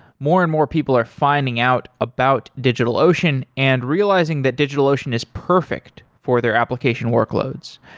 more and more people are finding out about digitalocean and realizing that digitalocean is perfect for their application workloads.